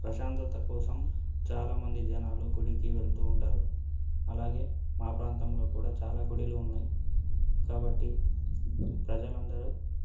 ప్రశాంతత కోసం చాలామంది జనాలు గుడికి వెళుతు ఉంటారు అలాగే మా ప్రాంతంలో కూడా చాలా గుళ్ళు ఉన్నాయి కాబట్టి ప్రజలందరు